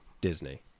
disney